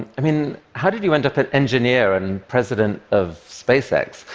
i mean, how did you end up an engineer and president of spacex?